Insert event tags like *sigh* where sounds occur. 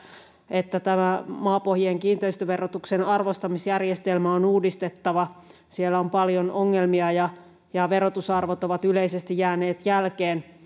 että maapohjien kiinteistöverotuksen arvostamisjärjestelmä on uudistettava siellä on paljon ongelmia ja ja verotusarvot ovat yleisesti jääneet jälkeen *unintelligible*